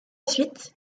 suite